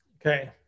Okay